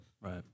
Right